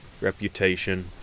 reputation